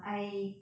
I